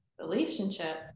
relationship